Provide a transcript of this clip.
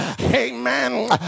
amen